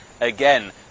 again